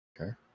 Okay